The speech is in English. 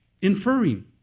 inferring